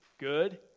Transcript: Good